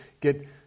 get